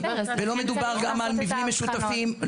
ולא מדובר גם על מבנים משותפים.